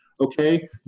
okay